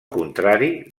contrari